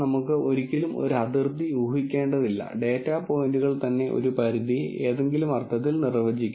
ഇത് ഒരു function approximation പ്രോബ്ളമാണെങ്കിൽ ഒരൊറ്റ വരി ഈ പ്രോബ്ലം പരിഹരിക്കില്ലെന്ന് നിങ്ങൾക്ക് ശരിക്കും പറയാൻ കഴിയും